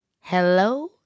Hello